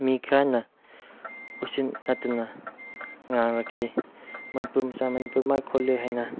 ꯃꯤ ꯈꯔꯅ ꯎꯁꯤꯠꯂꯛꯇꯅ ꯉꯥꯡꯂꯛꯈꯤ ꯃꯅꯤꯄꯨꯔ ꯃꯆꯥ ꯃꯅꯤꯄꯨꯔ ꯂꯥꯛꯑꯦ ꯈꯣꯠꯂꯦ ꯍꯥꯏꯅ